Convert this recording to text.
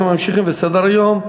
אנחנו ממשיכים בסדר-היום.